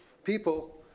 People